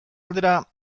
aldera